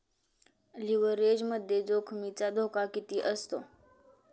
लिव्हरेजमध्ये जोखमीचा धोका किती असतो?